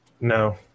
No